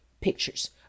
pictures